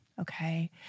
okay